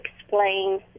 explain